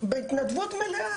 בהתנדבות מלאה.